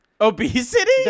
obesity